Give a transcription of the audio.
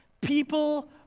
people